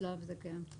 בשלב זה כן.